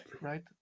right